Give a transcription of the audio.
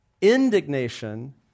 indignation